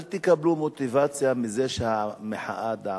אל תקבלו מוטיבציה מזה שהמחאה דעכה.